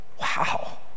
Wow